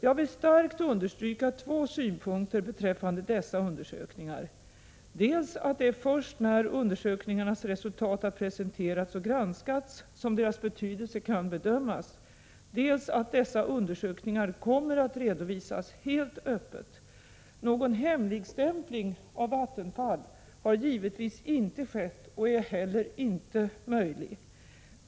Jag vill starkt understryka två synpunkter beträffande dessa undersökningar: dels att det är först när undersökningarnas resultat har presenterats och granskats som deras betydelse kan bedömas, dels att dessa undersökningar kommer att redovisas helt öppet. Någon ”hemligstämpling” från Vattenfalls sida har givetvis inte skett och är heller inte möjlig.